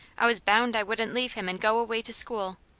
i was bound i wouldn't leave him and go away to school.